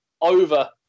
over